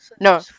no